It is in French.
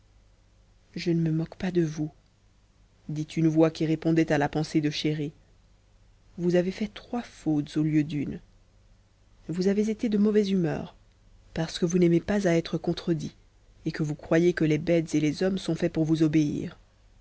je ne me moque pas de vous dit une voix qui répondait à la pensée de chéri vous avez fait trois fautes au lieu d'une vous avez été de mauvaise humeur parce que vous n'aimez pas à être contredit et que vous croyez que les bêtes et les hommes sont faits pour obéir